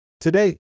Today